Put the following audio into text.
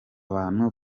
bantu